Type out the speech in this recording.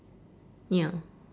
ya